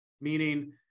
meaning